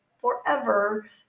forever